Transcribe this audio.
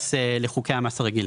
ביחס לחוקי המס הרגילים.